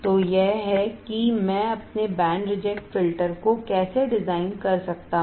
तो यह है कि मैं अपने बैंड रिजेक्ट फिल्टर को कैसे डिजाइन कर सकता हूं